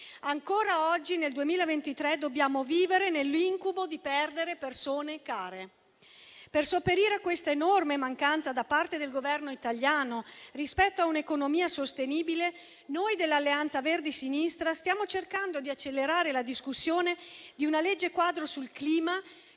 Ancora oggi, nel 2023, dobbiamo vivere nell'incubo di perdere persone care. Per sopperire a questa enorme mancanza da parte del Governo italiano rispetto a un'economia sostenibile, noi dell'Alleanza Verdi e Sinistra stiamo cercando di accelerare la discussione di una legge quadro sul clima,